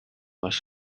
was